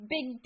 Big